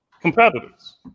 competitors